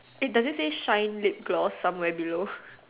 eh does it say shine lip gloss somewhere below